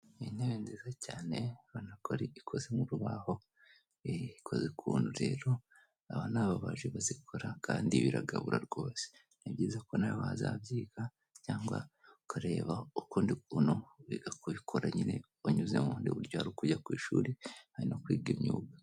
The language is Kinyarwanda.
Ni intebe nziza cyane, urabona ko ikoze mu rubaho, ikoze ukuntu rero, aba ni ababaji bazikora kandi biragabura rwose. Ni byiza ko nawe wazabyiga cyangwa ukareba ukundi kuntu wiga kubikora nyine, unyuze mu bundi buryo, hari ukujya ku ishuri, hari no kwiga imyuga.